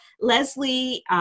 Leslie